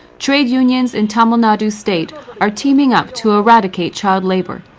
trade unions in tamil nadu state are teaming up to eradicate child labour.